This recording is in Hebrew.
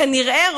כנראה,